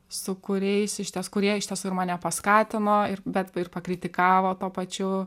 su kuriais išties kurie iš tiesų ir mane paskatino ir bet va ir pakritikavo tuo pačiu